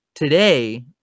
Today